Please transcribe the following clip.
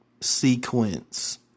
sequence